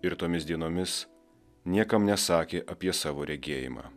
ir tomis dienomis niekam nesakė apie savo regėjimą